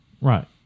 Right